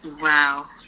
Wow